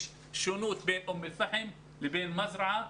יש שונות בין אום אל פאחם לבין מזרעה,